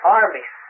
armies